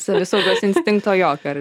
savisaugos instinkto jokio ar